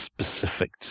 specific